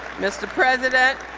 mr. president,